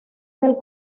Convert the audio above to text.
del